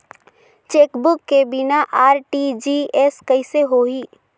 Chequebook के बिना RTGS कइसे होही?